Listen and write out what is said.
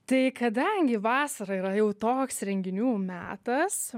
tai kadangi vasara yra jau toks renginių metas